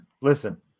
Listen